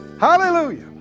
Hallelujah